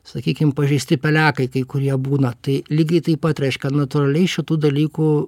sakykim pažeisti pelekai kai kurie būna tai lygiai taip pat reiškia natūraliai šitų dalykų